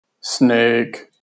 Snake